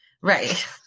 Right